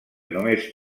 només